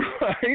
Right